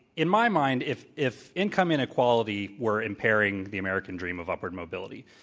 in my mind, if if income inequality were impairing the american dream of upward mobility,